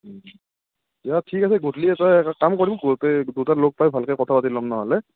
দিয়া ঠিক আছে গধূলিয়ে এটা কাম কৰিম গোটই দুটা লগ পাই ভালকৈ কথা পাতি ল'ম নহ'লে